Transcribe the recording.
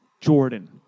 Jordan